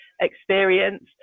experience